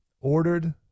Ordered